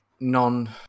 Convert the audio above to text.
non